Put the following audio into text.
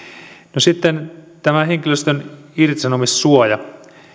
no sitten tämä henkilöstön irtisanomissuoja